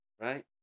right